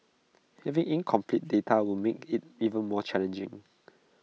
having incomplete data will make IT even more challenging